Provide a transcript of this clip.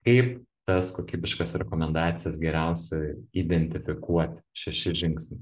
kaip tas kokybiškas rekomendacijas geriausia identifikuoti šeši žingsniai